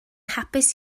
hapus